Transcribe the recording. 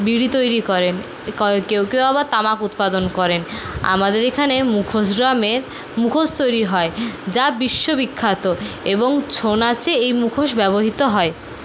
বিড়ি তৈরি করেন কেউ কেউ আবার তামাক উৎপাদন করেন আমাদের এখানে মুখোশ গ্রামে মুখোশ তৈরি হয় যা বিশ্ব বিখ্যাত এবং ছৌ নাচে এই মুখোশ ব্যবহৃত হয়